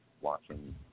watching